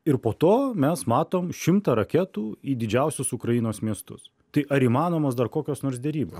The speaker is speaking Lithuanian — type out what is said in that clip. ir po to mes matom šimtą raketų į didžiausius ukrainos miestus tai ar įmanomos dar kokios nors derybų